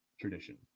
tradition